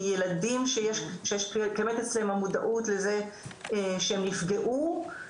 מילדים שיש להם את המודעות לזה שהם נפגעו,